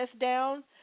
down